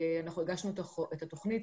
אנחנו הגשנו את התכנית,